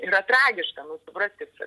yra tragiška nu supraskit čia